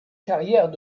carrière